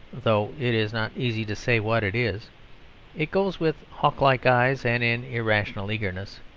though it is not easy to say what it is it goes with hawk-like eyes and an irrational eagerness.